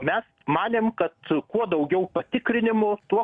mes manėm kad kuo daugiau patikrinimų tuo